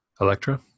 Electra